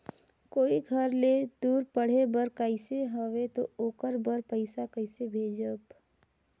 कोई घर ले दूर पढ़े बर गाईस हवे तो ओकर बर पइसा कइसे भेजब?